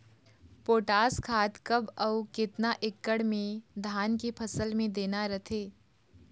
Potash खाद कब अऊ केतना एकड़ मे धान के फसल मे देना रथे?